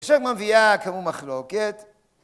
שמביאה כמו מחלוקת